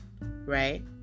right